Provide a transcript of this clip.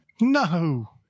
No